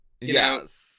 Yes